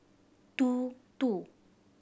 two two